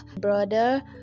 brother